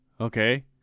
okay